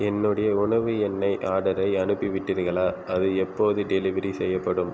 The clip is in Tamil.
என்னுடைய உணவு எண்ணெய் ஆர்டரை அனுப்பிவிட்டீர்களா அது எப்போது டெலிவரி செய்யப்படும்